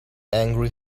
angry